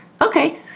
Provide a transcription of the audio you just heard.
okay